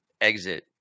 exit